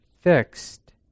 fixed